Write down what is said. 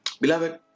Beloved